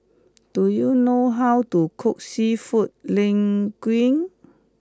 do you know how to cook Seafood Linguine